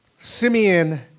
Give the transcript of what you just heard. Simeon